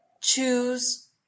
choose